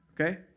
Okay